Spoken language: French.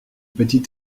petit